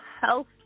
health